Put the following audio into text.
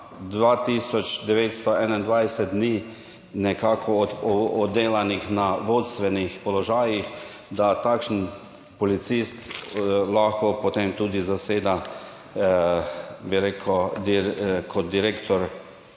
921 dni nekako oddelanih na vodstvenih položajih, da takšen policist lahko potem tudi zaseda, bi rekel,